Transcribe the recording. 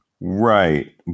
Right